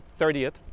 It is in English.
30th